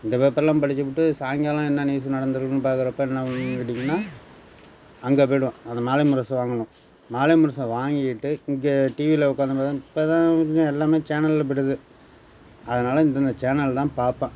இந்த பேப்பர்லாம் படிச்சிப்புட்டு சாய்ங்காலம் என்ன நியூஸு நடந்திருக்குன்னு பார்க்குறப்ப என்ன கேட்டிங்கனால் அங்கே போய்டுவேன் அந்த மாலைமுரசு வாங்கணும் மாலைமுரசை வாங்கிக்கிட்டு இங்கே டிவில உட்காந்த மாரி இப்போதான் எல்லாமே சேனல்ல போயிடுது அதனால் இந்தந்த சேனல் தான் பார்ப்பேன்